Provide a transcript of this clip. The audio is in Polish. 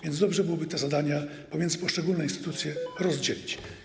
Więc dobrze byłoby te zadania pomiędzy poszczególne instytucje rozdzielić.